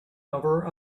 over